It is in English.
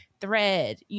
thread